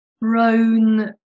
brown